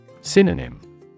Synonym